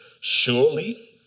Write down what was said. surely